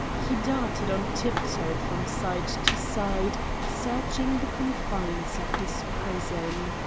he darted on tiptoe from side to side searching the confines of his prison.